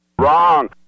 Wrong